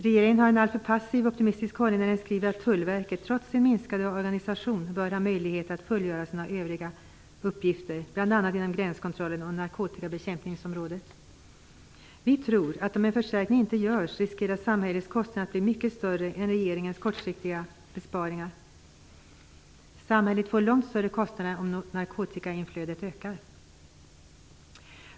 Regeringen har en alltför passiv och optimistisk hållning när den skriver att Tullverket, trots sin minskade organisation, bör ha möjligheter att fullgöra sina övriga uppgifter, bl.a. Vi tror att samhällets kostnader riskerar att bli mycket större än regeringens kortsiktiga besparingar om en förstärkning inte görs. Samhället får långt större kostnader om narkotikainflödet ökar.